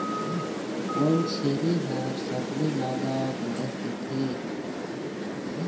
कोन छेरी हर सबले जादा गोरस देथे?